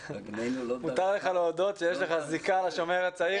--- מותר לך להודות שיש לך זיקה לשומר הצעיר,